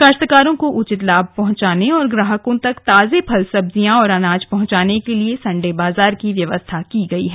काश्तकारों को उचित लाभ पहॅचाने तथा ग्राहकों तक ताजे फल सब्बजियां व अनाज पहुँचाने के लिए संडे बाजार की व्यवस्था की गई है